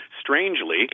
strangely